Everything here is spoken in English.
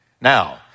Now